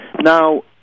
Now